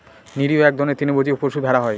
নিরীহ এক ধরনের তৃণভোজী পশু ভেড়া হয়